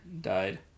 died